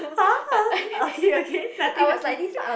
!huh! okay okay nothing nothing